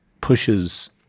pushes